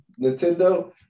Nintendo